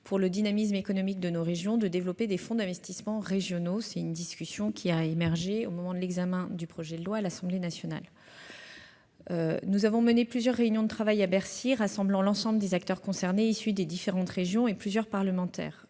pour le dynamisme économique de nos régions. Cette discussion a émergé au moment de l'examen du projet de loi à l'Assemblée nationale. Nous avons mené plusieurs réunions de travail à Bercy, rassemblant l'ensemble des acteurs concernés issus des différentes régions et plusieurs parlementaires.